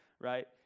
right